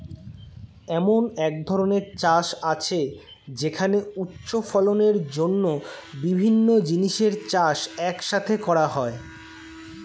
এমন এক ধরনের চাষ আছে যেখানে উচ্চ ফলনের জন্য বিভিন্ন জিনিসের চাষ এক সাথে করা হয়